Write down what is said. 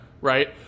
right